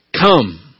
Come